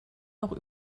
noch